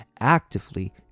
actively